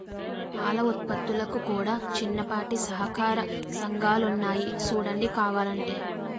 పాల ఉత్పత్తులకు కూడా చిన్నపాటి సహకార సంఘాలున్నాయి సూడండి కావలంటే